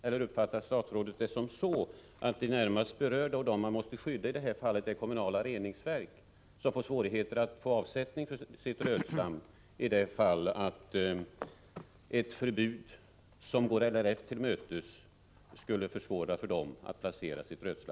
Eller uppfattar statsrådet det så att de närmast berörda, som man måste skydda, i det här fallet är kommunala reningsverk som får svårt att avsätta sitt rötslam, om det blir ett sådant förbud som LRF vill ha?